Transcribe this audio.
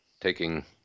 taking